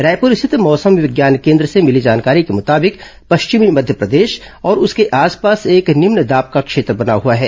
रायपुर स्थित मौसम विज्ञान केन्द्र से मिली जानकारी के मुताबिक पश्चिमी मध्यप्रदेश और उसके आस पास एक निम्नदाब का क्षेत्र बना हुआ है